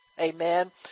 amen